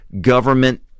government